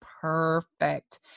perfect